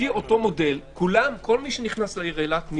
כל מי שנכנס לעיר אילת,